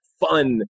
fun